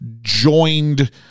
joined